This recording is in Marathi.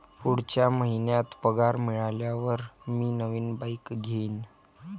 पुढच्या महिन्यात पगार मिळाल्यावर मी नवीन बाईक घेईन